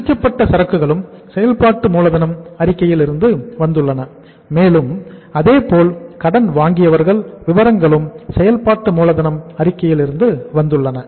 முடிக்கப்பட்ட சரக்குகளும் செயல்பாட்டு மூலதனம் அறிக்கையிலிருந்து வந்துள்ளன மேலும் அதேபோல் கடன் வாங்கியவர்கள் விபரங்களும் செயல்பாட்டு மூலதனம் அறிக்கையிலிருந்து வந்துள்ளன